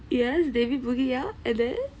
david booking out and then